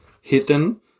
hidden